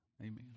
Amen